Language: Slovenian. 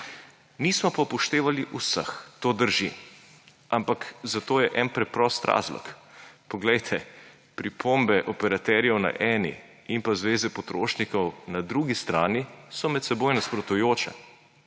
Nismo pa upoštevali vseh. To drži. Ampak zato je en preprost razlog. Poglejte, pripombe operaterjev na eni in pa Zvezi potrošnikov na drugi strani so med seboj nasprotujoče,